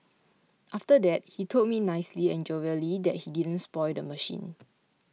after that he told me nicely and jovially that he didn't spoil the machine